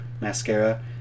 mascara